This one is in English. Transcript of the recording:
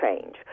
change